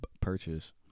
purchase